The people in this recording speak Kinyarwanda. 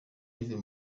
yves